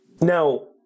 Now